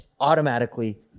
automatically